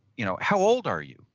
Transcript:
you know how old are you?